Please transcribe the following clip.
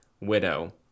widow